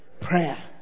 prayer